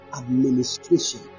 administration